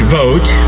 vote